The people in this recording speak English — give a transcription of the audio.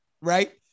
right